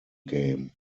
game